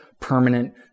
permanent